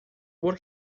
por